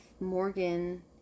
Morgan